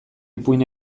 ipuin